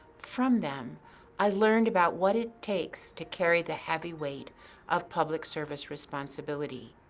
from them i learned about what it takes to carry the heavy weight of public service responsibility.